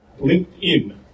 LinkedIn